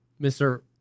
Mr